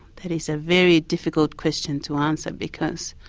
that is a very difficult question to answer, because